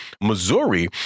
Missouri